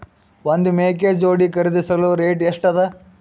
ಒಂದ್ ಮೇಕೆ ಜೋಡಿ ಖರಿದಿಸಲು ರೇಟ್ ಎಷ್ಟ ಅದ?